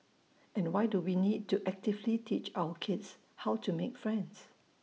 and why do we need to actively teach our kids how to make friends